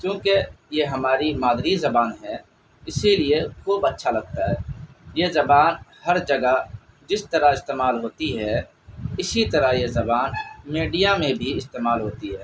کیونکہ یہ ہماری مادری زبان ہے اسی لیے خوب اچھا لگتا ہے یہ زبان ہر جگہ جس طرح استعمال ہوتی ہے اسی طرح یہ زبان میڈیا میں بھی استعمال ہوتی ہے